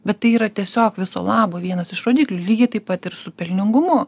bet tai yra tiesiog viso labo vienas iš rodiklių lygiai taip pat ir su pelningumu